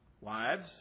Wives